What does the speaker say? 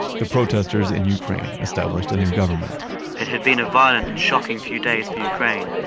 the protesters in ukraine established a new government it had been a violent and shocking few days for ukraine,